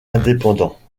indépendants